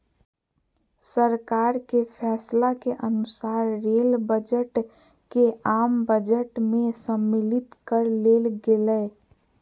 सरकार के फैसला के अनुसार रेल बजट के आम बजट में सम्मलित कर लेल गेलय